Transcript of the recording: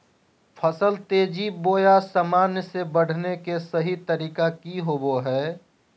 फसल तेजी बोया सामान्य से बढने के सहि तरीका कि होवय हैय?